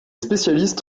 spécialistes